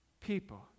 people